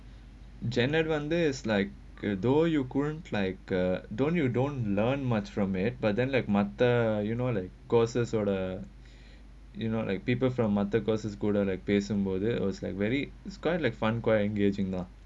janet wonder is like the though you couldn't like ah don't you don't learn much from it but then like mod you know like courses or the you know like people from other courses go down like places somebody was like very quite like fun quite engaging lah